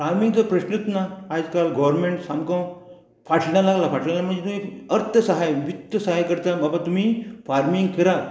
farming जर प्रश्नूत ना आजकाल गोवोरमेंट सामको फाटल्यान लागला फाटल्यान लागला म्हणजें तुयें अर्थ सहाय वित्त सहाय करता बाबा तुमी फार्मींग करात